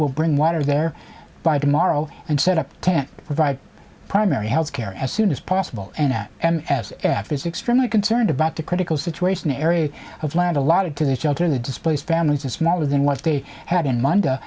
will bring water there by tomorrow and set up tents provide primary health care as soon as possible and at s f is extremely concerned about the critical situation the area of land allotted to the shelter the displaced families are smaller than what they have in mund